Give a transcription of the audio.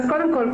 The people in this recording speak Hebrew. אז קודם כל,